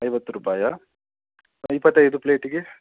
ಐವತ್ತು ರೂಪಾಯಿಯ ಇಪತ್ತೈದು ಪ್ಲೇಟಿಗೆ